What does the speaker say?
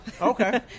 Okay